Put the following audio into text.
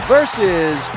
Versus